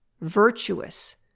virtuous